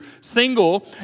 single